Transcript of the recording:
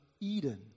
Eden